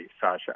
Sasha